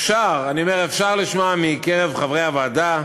אפשר, אני אומר: אפשר, לשמוע בקרב חברי הוועדה,